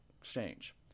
exchange